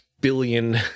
billion